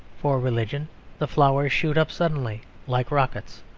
for religion the flowers shoot up suddenly like rockets.